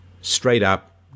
straight-up